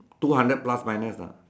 two hundred plus minus ah